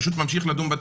פשוט ממשיך לדון בתיק,